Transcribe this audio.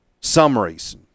summaries